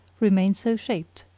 remain so shaped,